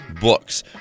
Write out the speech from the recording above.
books